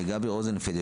גבי רוזנפלד,